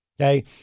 okay